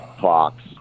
Fox